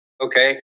Okay